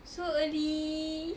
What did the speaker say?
so early